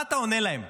מה אתה עונה להם?